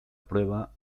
prueba